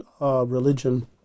religion